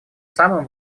самым